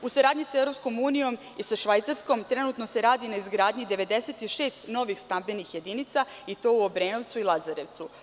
U saradnji sa EU i sa Švajcarskom trenutno se radi na izgradnji 96 novih stambenih jedinica i to u Obrenovcu i Lazarevcu.